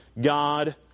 God